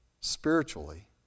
spiritually